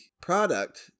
product